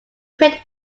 pitt